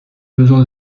besoin